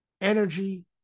energy